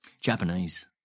Japanese